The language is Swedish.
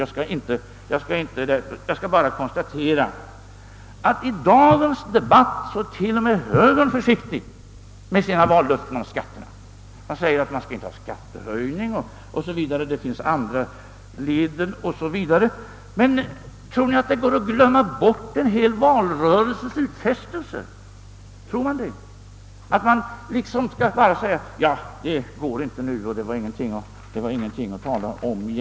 Därför skall jag bara konstatera att t.o.m. högern i dagens debatt är försiktig med sina vallöften om skatterna. Det sägs bara att man inte skall vidta några skattehöjningar och att det finns andra medel o. s. v. Men tror ni att människor glömmer en hel valrörelses utfästelser? Tror ni att det nu bara går att säga: Nej, det där går inte att genomföra nu, det är egentligen ingenting att tala om.